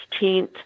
16th